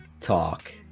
talk